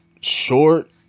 Short